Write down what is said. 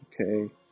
Okay